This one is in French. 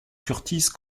kurtis